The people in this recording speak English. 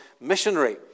missionary